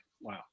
wow